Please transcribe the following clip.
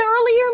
earlier